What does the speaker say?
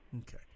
Okay